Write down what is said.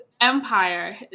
Empire